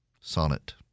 sonnet